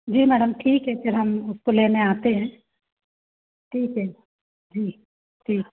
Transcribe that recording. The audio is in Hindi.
जी मैडम ठीक है फिर हम उसको लेने आते हैं ठीक है जी ठीक